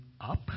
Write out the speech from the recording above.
up